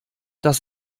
das